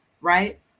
right